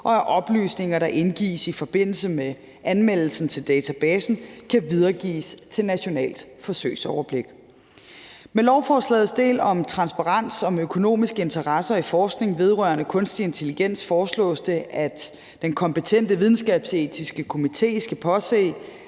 og at oplysninger, der indgives i forbindelse med anmeldelsen til databasen, kan videregives til Nationalt Forsøgsoverblik. Med lovforslagets del om transparens om økonomiske interesser i forskning vedrørende kunstig intelligens foreslås det, at den kompetente videnskabsetiske komité skal påse,